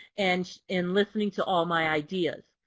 and in listening to all my ideas.